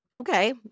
Okay